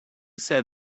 said